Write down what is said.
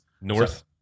north